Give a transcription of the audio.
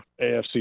AFC